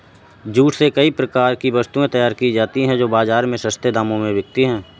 jute से कई प्रकार की वस्तुएं तैयार की जाती हैं जो बाजार में सस्ते दामों में बिकती है